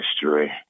history